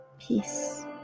peace